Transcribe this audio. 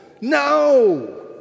No